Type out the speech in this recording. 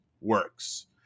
works